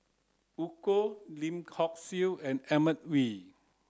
Eu Kong Lim Hock Siew and Edmund Wee